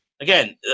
again